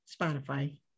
Spotify